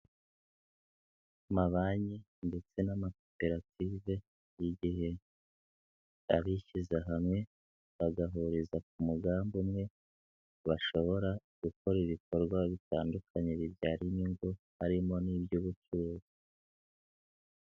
Amabanki ndetse n'amakoperative buri gihe abishyize hamwe bagahuriza ku mugambi umwe, bashobora gukora ibikorwa bitandukanye bibyara inyungu harimo n'iby'ubucuruzi.